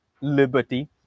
liberty